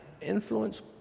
influence